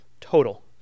total